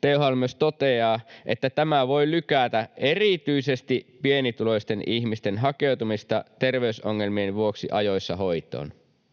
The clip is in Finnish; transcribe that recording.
THL myös toteaa, että tämä voi lykätä erityisesti pienituloisten ihmisten hakeutumista terveysongelmien vuoksi ajoissa hoitoon